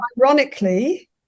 ironically